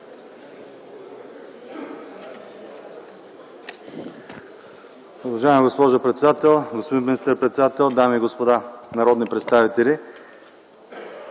Уважаема госпожо председател, господин министър-председател, дами и господа народни представители!